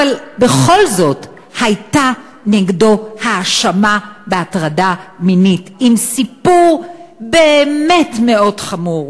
אבל בכל זאת הייתה נגדו האשמה בהטרדה מינית עם סיפור באמת מאוד חמור,